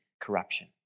corruption